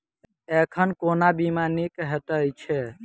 एखन कोना बीमा नीक हएत छै?